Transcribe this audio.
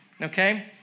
Okay